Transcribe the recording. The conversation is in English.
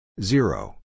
zero